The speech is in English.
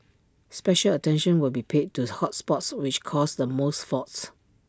special attention will be paid to the hot spots which cause the most faults